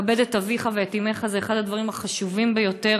כבד את אביך ואת אמך זה אחד הדברים החשובים ביותר,